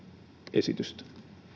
esitystä